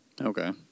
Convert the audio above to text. Okay